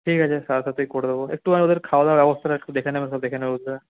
ঠিক আছে সাড়ে সাতেই করে দেবো একটুখানি ওদের খাওয়াদাওয়ার ব্যবস্থাটা একটু দেখে নেবেন